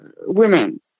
women